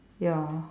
ya